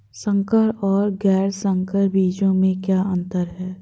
संकर और गैर संकर बीजों में क्या अंतर है?